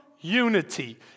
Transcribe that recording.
unity